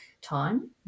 time